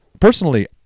Personally